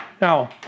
Now